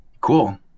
Cool